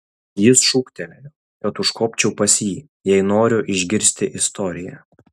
jis šūktelėjo kad užkopčiau pas jį jei noriu išgirsti istoriją